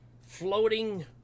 floating